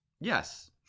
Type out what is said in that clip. Yes